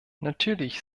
natürlich